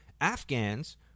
Afghans